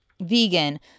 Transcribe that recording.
vegan